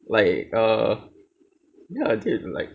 like uh ya this is like